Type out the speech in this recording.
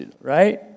Right